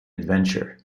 adventure